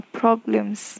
problems